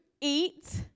eat